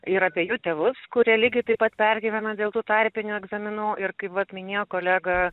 ir apie jų tėvus kurie lygiai taip pat pergyvena dėl tų tarpinių egzaminų ir kaip vat minėjo kolega